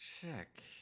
check